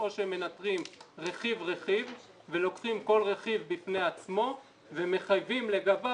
או שמנטרים רכיב-רכיב ולוקחים כל רכיב בפני עצמו ומחייבים לגביו